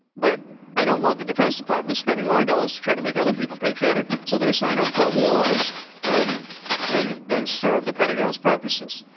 but i don't want the defense department spending our dollars to try to make other people patriotic so they sign up for wars and and and serve the pentagon's purposes.